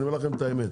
אני אומר לכם את האמת.